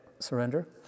surrender